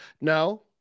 No